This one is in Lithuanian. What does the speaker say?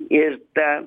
ir ta